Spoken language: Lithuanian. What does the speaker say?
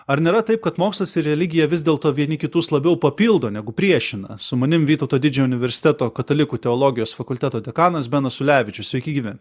ar nėra taip kad mokslas ir religija vis dėlto vieni kitus labiau papildo negu priešina su manim vytauto didžiojo universiteto katalikų teologijos fakulteto dekanas benas ulevičius sveiki gyvi